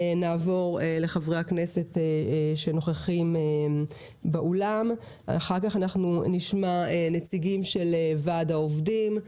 נעבור לחברי הכנסת שנוכחים באולם ואחר כך נשמע נציגים של וועד העובדים,